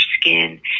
skin